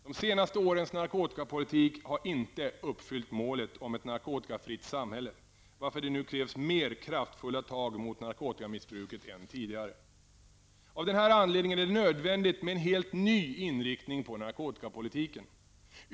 De senaste årens narkotikapolitik har inte uppfyllt målet om ett narkotikafritt samhälle, varför det nu krävs mer kraftfulla tag mot narkotikamissbruket än tidigare. Av denna anledning är det nödvändigt med en helt ny inriktning på narkotikapolitiken.